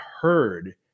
heard